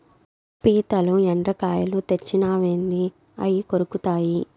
పీతలు, ఎండ్రకాయలు తెచ్చినావేంది అయ్యి కొరుకుతాయి